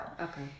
Okay